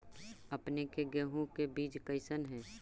अपने के गेहूं के बीज कैसन है?